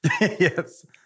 Yes